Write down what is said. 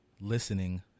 listening